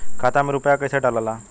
खाता में रूपया कैसे डालाला?